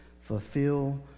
fulfill